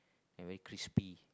and very crispy